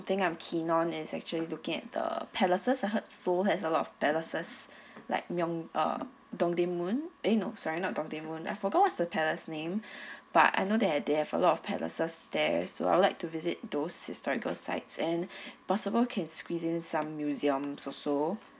thing I'm keen on is actually looking at the palaces I heard seoul has a lot of palaces like myung uh dong dei moon eh no sorry not dong dei moon I forgot what's the palace name but I know that they have a lot of palaces there so I would like to visit those historical sites and possible can squeeze in some museums also